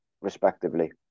respectively